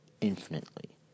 infinitely